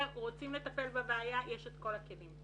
שאם רוצים לטפל בבעיה, יש את כל הכלים.